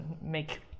make